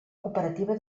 cooperativa